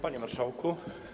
Panie Marszałku!